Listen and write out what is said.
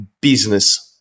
business